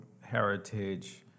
heritage